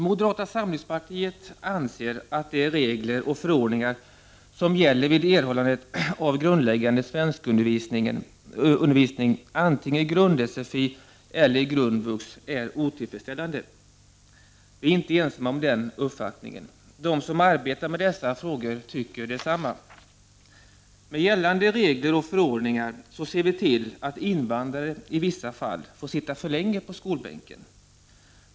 Moderata samlingspartiet anser att de regler och förordningar som gäller vid erhållandet av grundläggande svenskundervisning, antingen i grund-sfi eller i grundvux, är otillfredsställande. Vi är inte ensamma om den uppfattningen. De som arbetar med dessa frågor tycker detsamma. Med gällande regler och förordningar ser vi till att invandrare, i vissa fall, får sitta för länge på skolbänken.